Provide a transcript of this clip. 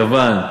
יוון,